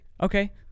Okay